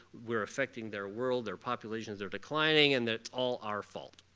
we're affecting their world, their populations. they're declining and it's all our fault.